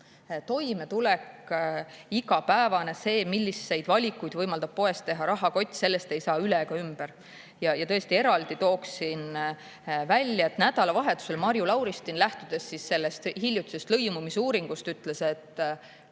toimetulek, see, milliseid valikuid võimaldab poes teha rahakott, sellest ei saa üle ega ümber. Eraldi tooksin välja, et nädalavahetusel Marju Lauristin, lähtudes sellest hiljutisest lõimumise uuringust, ütles, et